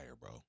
bro